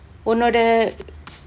ஒன்னோட:onnoda